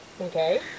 Okay